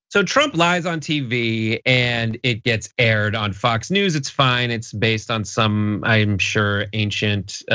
so trump lies on tv and it gets aired on fox news. it's fine, it's based on some, i'm sure ancient